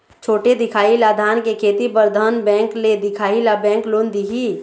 छोटे दिखाही ला धान के खेती बर धन बैंक ले दिखाही ला बैंक लोन दिही?